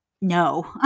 no